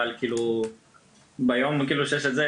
אבל ביום שיש את הדיון הזה,